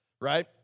Right